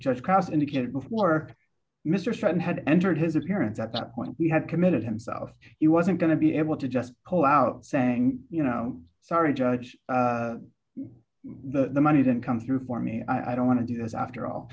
just because indicated before mr sutton had entered his appearance at that point we had committed himself he wasn't going to be able to just call out saying you know sorry judge the money didn't come through for me i don't want to do this after all